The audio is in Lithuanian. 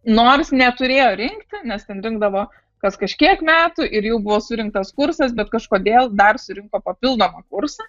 nors neturėjo rinkti nes ten rinkdavo kas kažkiek metų ir jau buvo surinktas kursas bet kažkodėl dar surinko papildomą kursą